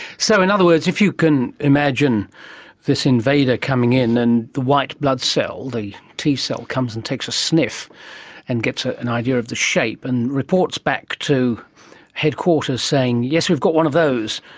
so in other words, if you can imagine this invader coming in and the white blood cell, the t-cell comes and takes a sniff and gets ah an idea of the shape and reports back to headquarters saying, yes, we've got one of those,